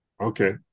okay